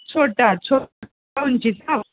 छोटा छोटा उंचीचा